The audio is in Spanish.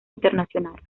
internacional